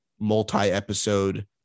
multi-episode